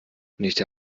nicht